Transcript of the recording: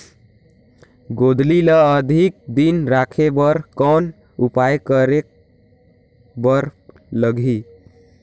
गोंदली ल अधिक दिन राखे बर कौन उपाय करे बर लगही?